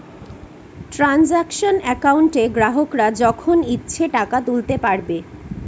transaction একাউন্টে গ্রাহকরা যখন ইচ্ছে টাকা তুলতে পারবে